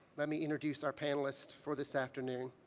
let me introduce our panelists for this afternoon.